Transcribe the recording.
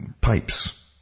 pipes